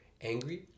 angry